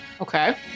Okay